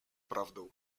prawdą